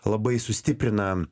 labai sustiprina